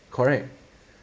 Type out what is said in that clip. correct